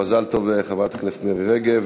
מזל טוב לחברת הכנסת מירי רגב.